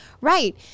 right